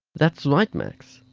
that's right max.